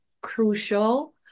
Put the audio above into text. crucial